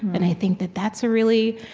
and i think that that's a really